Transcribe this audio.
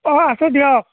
অঁ আছোঁ দিয়ক